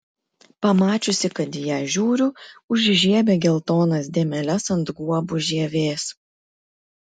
pamačiusi kad į ją žiūriu užžiebė geltonas dėmeles ant guobų žievės